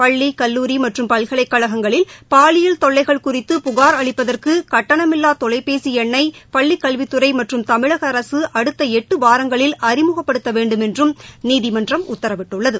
பள்ளிக் கல்லூரிமற்றும் பல்கலைக்கழகங்களில் பாலியல் தொல்லைகள் குறிதவ புகார் அளிப்பதற்குகட்டணமில்லாதொலைபேசிஎண்ணைபள்ளிக் கல்வித்துறைமற்றும் தமிழகஅரசும் அடுத்தளட்டுவாரங்களில் அறிமுகப்படுத்தவேண்டுமென்றும் நீதிமன்றம் உத்தரவிட்டுள்ளது